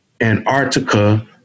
Antarctica